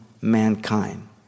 mankind